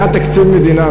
היה תקציב מדינה.